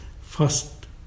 first